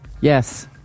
Yes